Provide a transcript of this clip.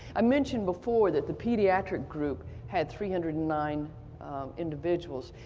i mentioned before that the pediatric group had three hundred and nine individuals,